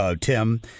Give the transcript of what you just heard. Tim